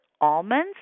almonds